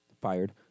Fired